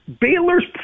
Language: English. Baylor's